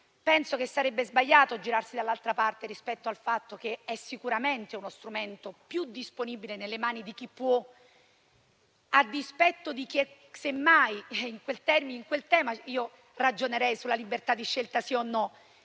Penso che sarebbe sbagliato girarsi dall'altra parte rispetto al fatto che è sicuramente uno strumento più disponibile nelle mani di chi può, a dispetto di chi è in una condizione di povertà - semmai sotto